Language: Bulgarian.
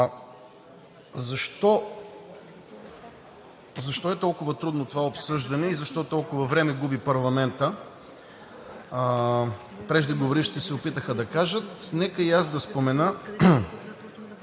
Защо е толкова трудно това обсъждане и защо толкова време губи парламентът? Преждеговорившите се опитаха да кажат. Нека и аз да спомена,